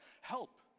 help